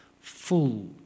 full